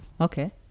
okay